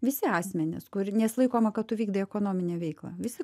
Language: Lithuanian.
visi asmenys kur nes laikoma kad tu vykdai ekonominę veiklą visi